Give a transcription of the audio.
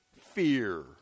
fear